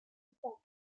effects